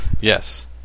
Yes